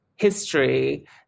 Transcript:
History